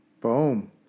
Boom